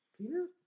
Peter